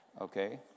Okay